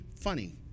funny